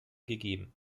gegeben